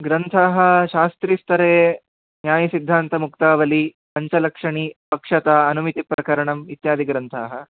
ग्रन्थः शास्त्रिस्थरे न्यायसिद्धान्तमुक्तावली पञ्चलक्षणी पक्षता अनुमितिप्रकरणम् इत्यादिग्रन्थाः